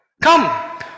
Come